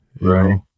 Right